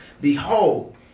behold